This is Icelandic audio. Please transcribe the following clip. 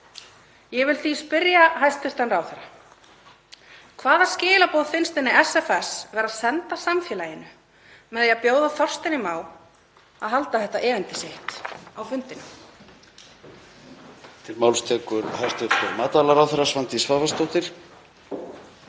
Ég vil því spyrja hæstv. ráðherra: Hvaða skilaboð finnst henni SFS vera að senda samfélaginu með því að bjóða Þorsteini Má að halda þetta erindi sitt á fundinum?